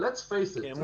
Let’s face it.